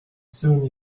soon